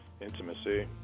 intimacy